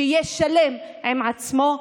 שיהיה שלם עם עצמו.